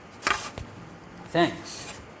Thanks